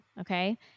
Okay